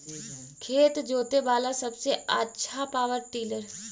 खेत जोते बाला सबसे आछा पॉवर टिलर?